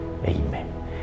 Amen